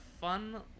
fun